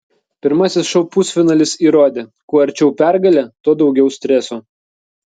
pirmasis šou pusfinalis įrodė kuo arčiau pergalė tuo daugiau streso